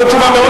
תודה.